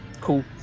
cool